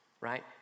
right